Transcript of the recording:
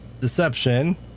deception